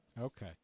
Okay